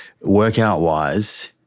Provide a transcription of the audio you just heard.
Workout-wise